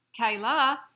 Kayla